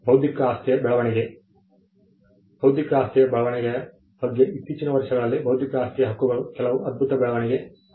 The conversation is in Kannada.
ಬೌದ್ಧಿಕ ಆಸ್ತಿಯ ಬೆಳವಣಿಗೆಯ ಬಗ್ಗೆ ಇತ್ತೀಚಿನ ವರ್ಷಗಳಲ್ಲಿ ಬೌದ್ಧಿಕ ಆಸ್ತಿಯ ಹಕ್ಕುಗಳು ಕೆಲವು ಅದ್ಭುತ ಬೆಳವಣಿಗೆ ಹೊಂದಿವೆ